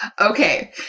Okay